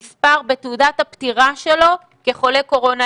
נספר בתעודת הפטירה שלו כחולה קורונה.